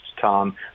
Tom